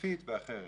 התקפית ואחרת.